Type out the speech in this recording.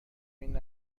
این